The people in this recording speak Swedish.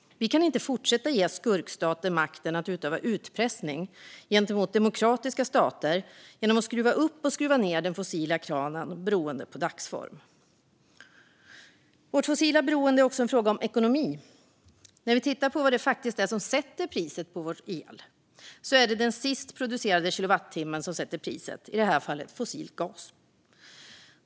Vi kan inte fortsätta ge skurkstater makten att utöva utpressning gentemot demokratiska stater genom att skruva upp och skruva ned den fossila kranen beroende på dagsform. Vårt fossila beroende är också en fråga om ekonomi. Det som sätter priset på vår el är faktiskt den sist producerade kilowattimmen - och i det här fallet handlar det om fossil gas.